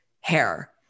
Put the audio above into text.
hair